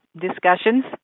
discussions